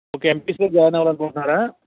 okay ఎంపీసీలో join అవ్వాలనుకుంట్నారా